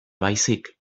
baizik